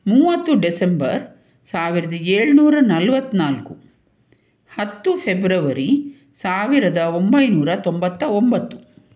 ಮೂವತ್ತು ಡಿಸೆಂಬರ್ ಸಾವಿರದ ಏಳು ನೂರ ನಲವತ್ತ್ನಾಲ್ಕು ಹತ್ತು ಫೆಬ್ರವರಿ ಸಾವಿರದ ಒಂಬೈನೂರ ತೊಂಬತ್ತ ಒಂಬತ್ತು